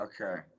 Okay